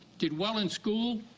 did well in school.